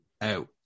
out